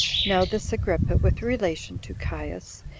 now this agrippa, with relation to caius,